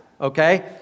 okay